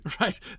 right